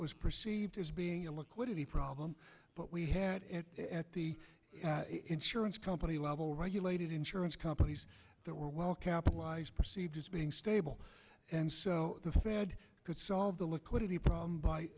was perceived as being a liquidity problem but we had it at the insurance company level regulated insurance companies that were well capitalized perceived as being stable and so the fed could solve the liquidity problem by